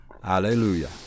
Hallelujah